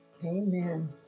Amen